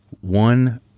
one